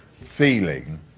feeling